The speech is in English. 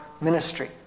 ministry